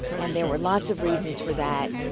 and there were lots of reasons for that.